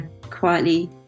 quietly